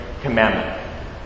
commandment